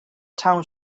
town